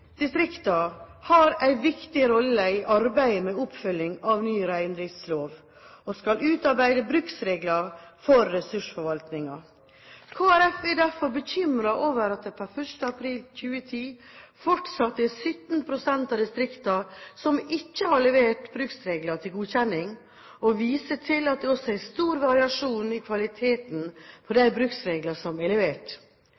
har en viktig rolle i arbeidet med oppfølging av ny reindriftslov og skal utarbeide bruksregler for ressursforvaltningen. Kristelig Folkeparti er derfor bekymret over at det per 1. april 2010 fortsatt er 17 pst. av distriktene som ikke har levert bruksregler til godkjenning, og viser til at det også er stor variasjon i kvaliteten på